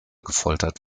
gefoltert